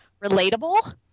relatable